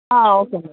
okay madam